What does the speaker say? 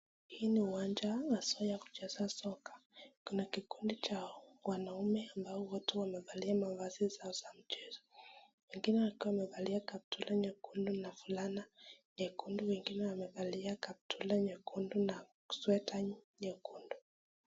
Hii ni uwanja haswa ya kucheza soka. Kuna kikundu cha wanaume ambao wote wamevalia mavazi zao za mchezo. Wengine wakiwa wamevalia kaptula nyekundu na fulana nyekundu , wengine wamevalia kaptula nyekundu na sweater nyekundu.